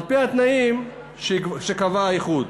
על-פי התנאים שקבע האיחוד.